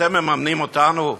אתם מממנים אותנו?